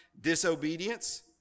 disobedience